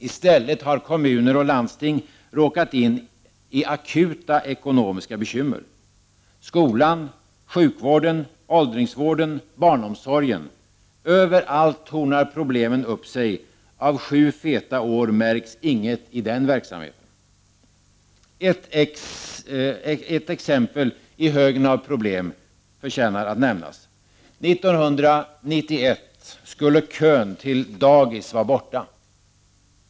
I stället har kommuner och landsting råkat in i akuta ekonomiska bekymmer. Skolan, sjukvården, åldringsvården, barnomsorgen — överallt tornar problemen upp sig. Av sju feta år märks inget i den verksamheten. Ett exempel i högen av problem förtjänar att nämnas. 1991 skulle kön till dagis vara borta.